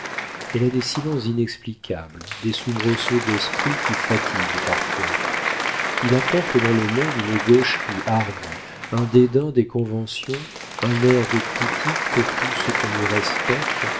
elle a des silences inexplicables des soubresauts d'esprit qui fatiguent parfois il apporte dans le monde une gaucherie hardie un dédain des conventions un air de critique pour tout ce qu'on y respecte